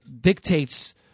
dictates